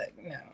no